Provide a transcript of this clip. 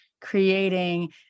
creating